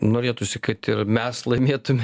norėtųsi kad ir mes laimėtume